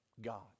God